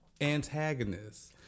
antagonists